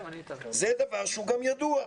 זה דבר שהוא גם ידוע.